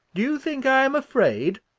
do you think i am afraid?